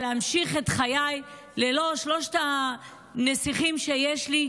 להמשיך את חיי ללא שלושת הנסיכים שיש לי,